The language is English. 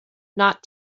not